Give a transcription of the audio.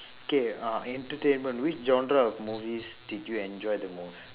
okay uh entertainment which genre of movies did you enjoy the most